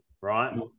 right